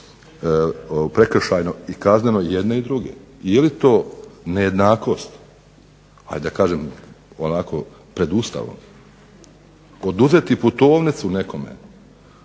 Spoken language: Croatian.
prekršajno i kazneno jedne i druge. Je li to nejednakost, ajde da kažem onako pred Ustavom? Oduzeti putovnicu nekome,